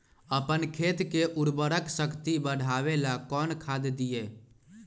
अपन खेत के उर्वरक शक्ति बढावेला कौन खाद दीये?